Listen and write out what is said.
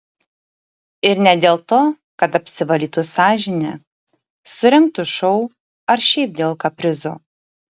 ir ne dėl to kad apsivalytų sąžinę surengtų šou ar šiaip dėl kaprizo